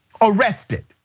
arrested